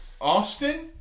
Austin